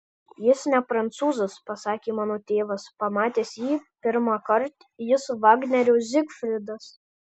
jis ne prancūzas pasakė mano tėvas pamatęs jį pirmąkart jis vagnerio zygfridas